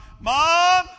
Mom